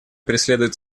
преследует